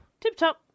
Tip-top